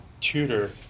tutor